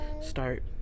start